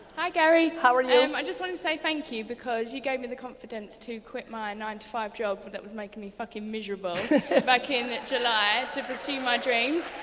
hi gary. how are you? um i just wanted to say thank you, because you gave me the confidence to quit my and nine to five job but that was making me fucking miserable back in july to pursue my dreams.